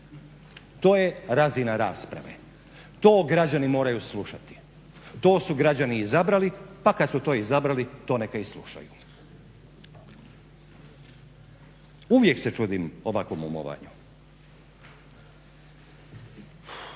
To je razina rasprave, to građani moraj slušati, to su građani izabrali pa kada su to izabrali to neka i slušaju. Uvijek se čudim ovakvom umovanju. Ovaj